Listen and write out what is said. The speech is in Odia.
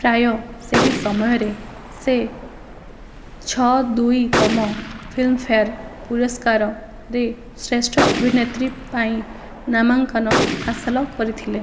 ପ୍ରାୟ ସେହି ସମୟରେ ସେ ଛଅ ଦୁଇ ତମ ଫିଲ୍ମଫେୟାର ପୁରସ୍କାରରେ ଶ୍ରେଷ୍ଠ ଅଭିନେତ୍ରୀ ପାଇଁ ନାମାଙ୍କନ ହାସଲ କରିଥିଲେ